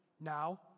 Now